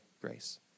grace